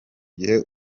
gihe